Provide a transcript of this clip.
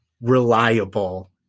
reliable